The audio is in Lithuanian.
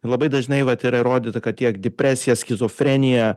labai dažnai vat yra įrodyta kad tiek depresija skizofrenija